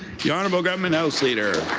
the honorable government house leader.